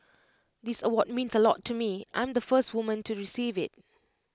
this award means A lot to me I'm the first woman to receive IT